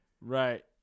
Right